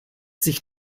sich